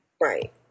Right